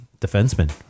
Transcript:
defenseman